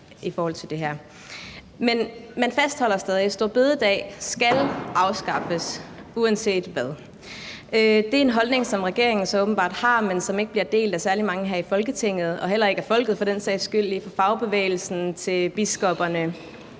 Men man fastholder stadig, at store bededag skal afskaffes uanset hvad. Det er en holdning, som regeringen så åbenbart har, men som ikke bliver delt af særlig mange her i Folketinget, og for den sags skyld heller ikke af folket, lige fra fagbevægelsen til biskopperne